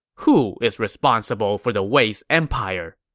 who is responsible for the wei's empire?